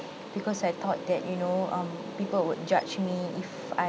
because I thought that you know um people would judge me if I